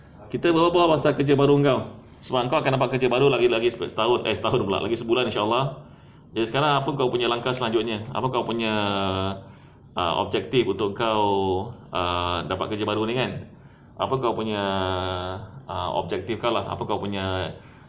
kita bebual bual pasal kerja baru kau sebab kau akan dapat kerja baru lagi lagi setahun eh setahun pula lagi sebulan inshaallah K sekarang apa kau punya langkah selanjutnya apa kau punya uh objective untuk kau uh dapat kerja baru ni kan apa kau punya uh objective kau lah apa kau punya